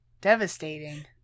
Devastating